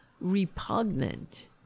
repugnant